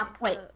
Wait